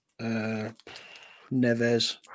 Neves